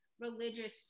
religious